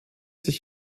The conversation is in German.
sich